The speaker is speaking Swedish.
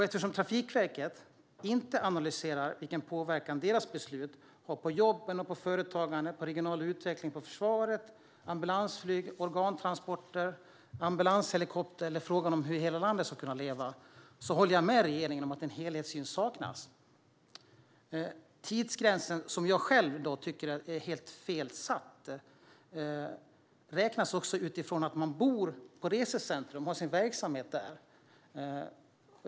Eftersom Trafikverket inte analyserar vilken påverkan deras beslut har på jobb, företagande, regional utveckling, försvaret, ambulansflyg, organtransporter, ambulanshelikopter och frågan om hur hela landet ska kunna leva håller jag med regeringen om att en helhetssyn saknas. Tidsgränsen, som jag själv tycker är helt fel satt, räknas utifrån att man bor vid resecentrum och har sin verksamhet där.